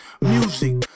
music